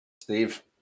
Steve